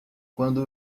quando